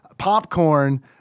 popcorn